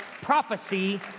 prophecy